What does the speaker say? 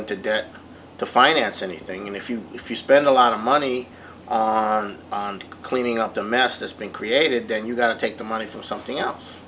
into debt to finance anything and if you if you spend a lot of money on cleaning up the mass that's been created then you've got to take the money from something else